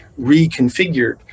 reconfigured